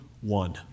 one